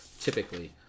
typically